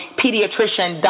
pediatrician